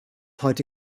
heute